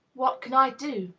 what can i do?